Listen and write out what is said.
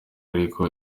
ariko